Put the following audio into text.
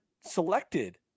selected